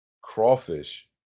crawfish